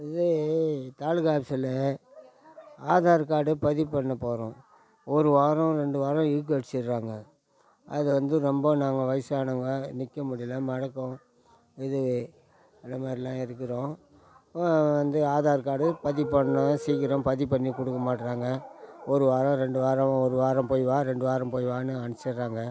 இது தாலுக்கா ஆஃபீஸ்சில் ஆதார் கார்டு பதிவு பண்ண போகிறோம் ஒரு வாரம் ரெண்டு வாரம் இழுக்க அடிச்சிடுறாங்க அது வந்து ரொம்ப நாங்கள் வயதானவங்க நிற்க முடியலை மடக்க இது அந்த மாதிரிலாம் இருக்கிறோம் வந்து ஆதார் கார்டு பதிவு பண்ணிணா சீக்கிரம் பதிவு பண்ணி கொடுக்க மாட்டேறாங்க ஒரு வாரம் ரெண்டு வாரம் ஒரு வாரம் போய் வா ரெண்டு வாரம் போய் வான்னு அனுப்பிச்சிடுறாங்க